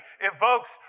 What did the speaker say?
evokes